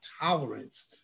tolerance